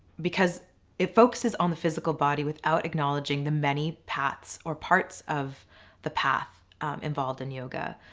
because it focuses on the physical body without acknowledging the many paths or parts of the path involved in yoga.